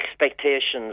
expectations